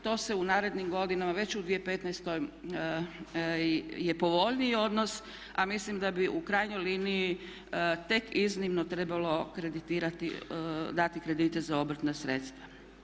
To se u narednim godinama već u 2015.je povoljniji odnos, a mislim da bi u krajnjoj liniji tek iznimno trebalo kreditirati, dati kredite za obrtna sredstva.